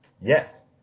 Yes